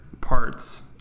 parts